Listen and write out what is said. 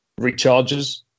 recharges